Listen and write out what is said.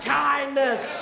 kindness